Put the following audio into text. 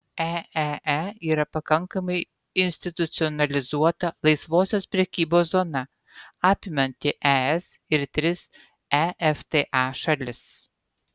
eee yra pakankamai institucionalizuota laisvosios prekybos zona apimanti es ir tris efta šalis